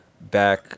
back